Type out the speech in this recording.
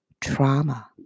Trauma